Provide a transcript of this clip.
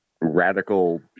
radical